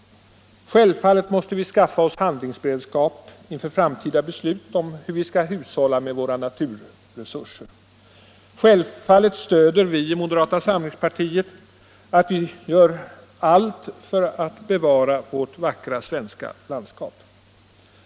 Självfallet måste vi skaffa oss handlingsberedskap inför framtida beslut om hur vi skall hushålla med våra naturresurser. Självklart stöder vi i moderata samlingspartiet att man gör allt för att bevara vårt vackra svenska landskap.